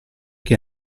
che